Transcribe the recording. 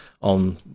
on